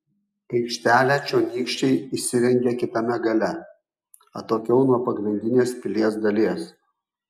aikštelę čionykščiai įsirengė kitame gale atokiau nuo pagrindinės pilies dalies